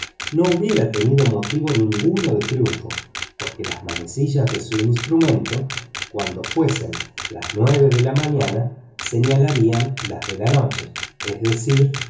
no hubiera tenido motivo ninguno de triunfo porque las manecillas de su instrumento cuando fuesen las nueve de la mañana señalarían las de la noche es decir